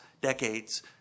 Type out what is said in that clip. decades